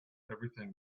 everything